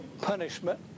punishment